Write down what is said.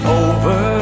over